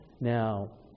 Now